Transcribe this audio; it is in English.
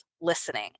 listening